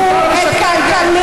חבר'ה, תפתחו את כלכליסט.